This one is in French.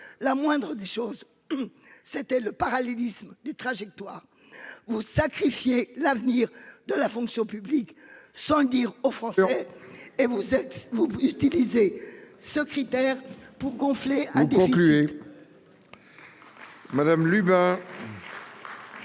La Moindre des choses. C'était le parallélisme des trajectoires ou sacrifier l'avenir de la fonction publique sans dire aux Français. Et vous, vous vous utilisez ce critère pour gonfler hein.